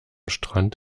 strand